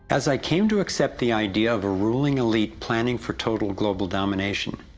as i came to accept the idea of a ruling elite planning for total global domination,